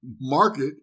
market